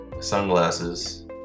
sunglasses